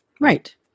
Right